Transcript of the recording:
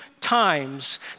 times